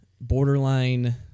borderline